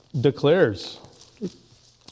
declares